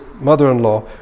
mother-in-law